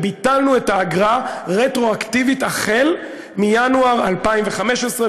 וביטלנו את האגרה רטרואקטיבית החל בינואר 2015,